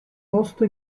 posto